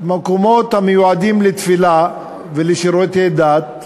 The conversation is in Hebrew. מקומות המיועדים לתפילה ולשירותי דת,